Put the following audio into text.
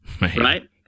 right